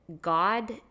God